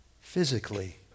physically